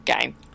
game